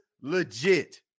legit